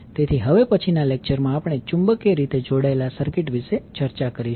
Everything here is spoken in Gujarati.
તેથી હવે પછીના લેક્ચરમાં આપણે ચુંબકીય રીતે જોડાયેલા સર્કિટ વિશે ચર્ચા કરીશું